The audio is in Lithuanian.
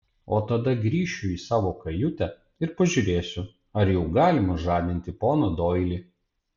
o tada grįšiu į savo kajutę ir pažiūrėsiu ar jau galima žadinti poną doilį